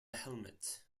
helmet